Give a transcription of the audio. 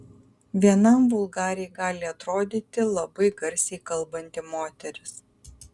vienam vulgariai gali atrodyti labai garsiai kalbanti moteris